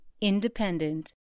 Independent